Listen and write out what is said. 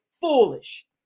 foolish